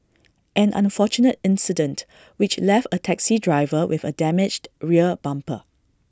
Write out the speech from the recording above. an unfortunate incident which left A taxi driver with A damaged rear bumper